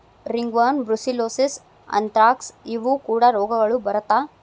ringworm, brucellosis, anthrax ಇವು ಕೂಡಾ ರೋಗಗಳು ಬರತಾ